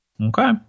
Okay